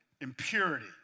impurity